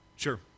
Sure